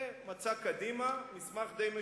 זה מצע קדימה, מסמך די משכנע.